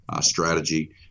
strategy